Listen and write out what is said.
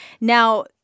Now